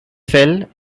cell